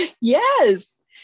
Yes